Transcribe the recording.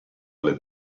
alle